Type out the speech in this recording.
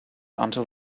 until